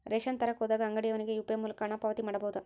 Ration ತರಕ ಹೋದಾಗ ಅಂಗಡಿಯವನಿಗೆ ಯು.ಪಿ.ಐ ಮೂಲಕ ಹಣ ಪಾವತಿ ಮಾಡಬಹುದಾ?